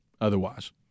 otherwise